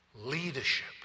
leadership